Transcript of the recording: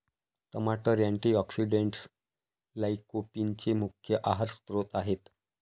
टमाटर अँटीऑक्सिडेंट्स लाइकोपीनचे मुख्य आहार स्त्रोत आहेत